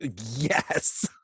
yes